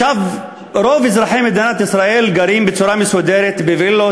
רוב אזרחי מדינת ישראל גרים בצורה מסודרת בווילות